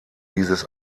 dieses